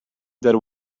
that